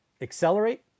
accelerate